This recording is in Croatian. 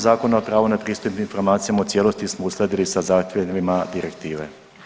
Zakona o prvu na pristup informacijama u cijelosti smo uskladili sa zahtjevima direktive.